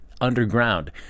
underground